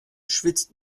schwitzt